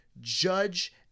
judge